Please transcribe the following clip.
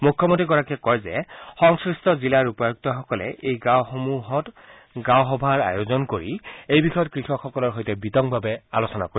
মুখ্যমন্ত্ৰীগৰাকীয়ে কয় যে সংশ্লিষ্ট জিলাৰ উপায়ুক্তসকলে এই গাঁওসমূহত গ্ৰামসভা আয়োজন কৰি এই বিষয়ত কৃষকসকলৰ সৈতে বিতংভাৱে আলোচনা কৰিব